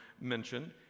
mentioned